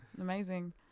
amazing